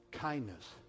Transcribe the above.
Kindness